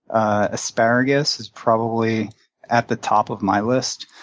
asparagus is probably at the top of my list,